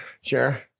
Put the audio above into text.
sure